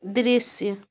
दृश्य